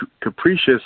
capricious